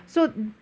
ya